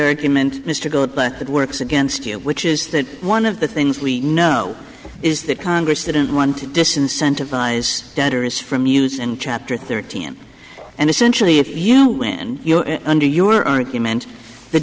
argument mr gold but it works against you which is that one of the things we know is that congress didn't want disincentive eyes debtors from use in chapter thirteen and essentially if you when you're under your argument the